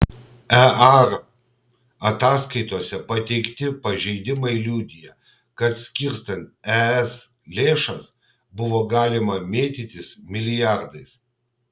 ear ataskaitose pateikti pažeidimai liudija kad skirstant es lėšas buvo galima mėtytis milijardais